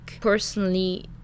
Personally